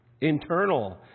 internal